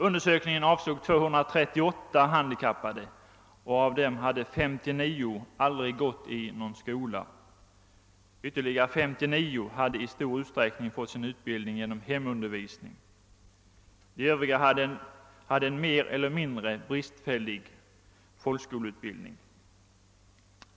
Undersökningen avsåg 238 handikappade, och av dem hade 59 aldrig gått i någon skola. Ytterligare 59 hade i stor utsträckning fått sin utbildning genom hemundervisning. De övriga hade mer eller mindre bristfällig folkskoleutbildning.